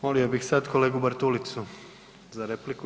Molio bih sad kolegu Bartulicu za repliku.